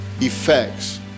effects